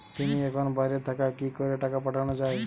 তিনি এখন বাইরে থাকায় কি করে টাকা পাঠানো য়ায়?